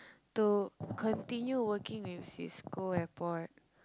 to continue working with Cisco airport